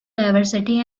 diversity